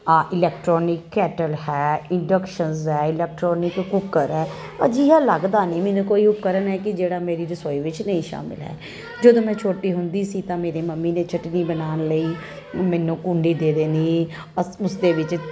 electronic kettle ਹੈ induction ਹੈ electronic cooker ਹੈ ਅਜਿਹਾ ਲੱਗਦਾ ਨਹੀਂ ਮੈਨੂੰ ਕੋਈ ਉਪਕਰਨ ਹੈ ਕਿ ਜਿਹੜਾ ਮੇਰੀ ਰਸੋਈ ਵਿੱਚ ਨਹੀਂ ਸ਼ਾਮਿਲ ਹੈ ਜਦੋਂ ਮੈਂ ਛੋਟੀ ਹੁੰਦੀ ਸੀ ਤਾਂ ਮੇਰੇ ਮਮੀ ਨੇ ਚਟਨੀ ਬਣਾਉਣ ਲਈ ਮੈਨੂੰ ਕੁੰਡੀ ਦੇ ਦੇਣੀ ਓ ਉਸਦੇ ਵਿੱਚ